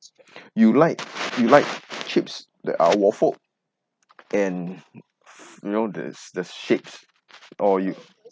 you like you like chips that are waffle and you know there's the shape or you